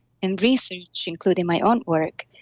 and research, including my own work,